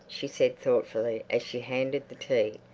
she said thoughtfully, as she handed the tea,